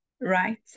right